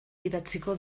idatziko